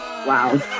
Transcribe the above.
Wow